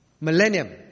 millennium